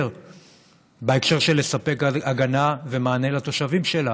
בהקשר של לספק הגנה ומענה לתושבים שלה.